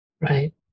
Right